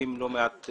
ומוציאים לא מעט.